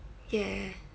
yeah